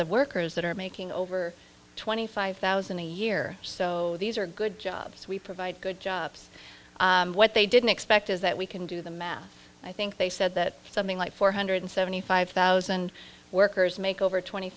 of workers that are making over twenty five thousand a year so these are good jobs we provide good jobs what they didn't expect is that we can do the math i think they said that something like four hundred seventy five thousand workers make over twenty